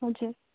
हजुर